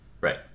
right